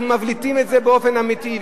אנחנו מבליטים את זה באופן אמיתי.